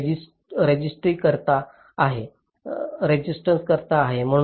ही रेसिस्टन्सकता आहे